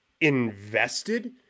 invested